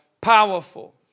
powerful